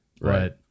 Right